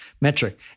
metric